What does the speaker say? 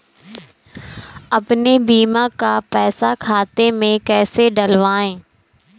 अपने बीमा का पैसा खाते में कैसे डलवाए?